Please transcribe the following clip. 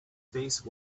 face